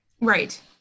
Right